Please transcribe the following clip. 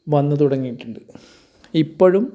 വന്നു തുടങ്ങിയിട്ടുണ്ട് ഇപ്പോഴും